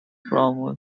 from